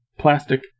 Plastic